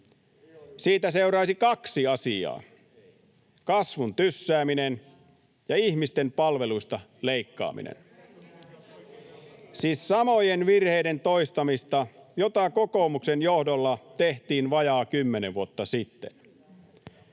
Siitä seuraisi kaksi asiaa: kasvun tyssääminen ja ihmisten palveluista leikkaaminen. Siis samojen virheiden toistamista, joita kokoomuksen johdolla tehtiin vajaa kymmenen vuotta sitten.